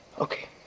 Okay